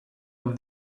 over